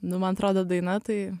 nu man atrodo daina tai